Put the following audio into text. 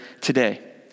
today